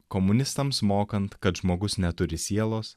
komunistams mokant kad žmogus neturi sielos